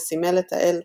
וסימל את האל תחות,